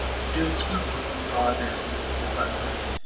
the dillsborough people are therefore divided,